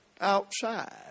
outside